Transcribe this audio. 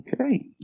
okay